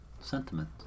Sentiment